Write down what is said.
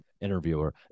interviewer